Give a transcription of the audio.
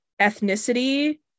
ethnicity